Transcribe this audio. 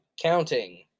counting